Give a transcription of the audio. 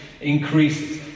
increases